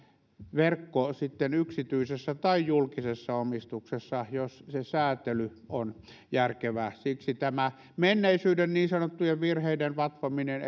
verkko sitten yksityisessä tai julkisessa omistuksessa jos se säätely on järkevää siksi tämä menneisyyden niin sanottujen virheiden vatvominen